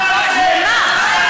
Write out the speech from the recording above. לְמה?